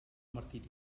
martiri